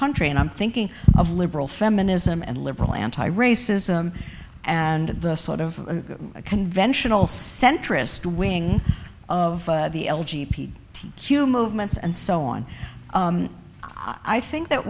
country and i'm thinking of liberal feminism and liberal anti racism and the sort of conventional centrist wing of the q movements and so on i think that